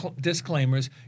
disclaimers